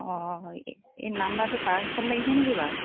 অঁ এই এই নাম্বাৰটো পাৱাৰ হাউচত লাগিছে নেকি বাাৰু